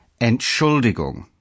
Entschuldigung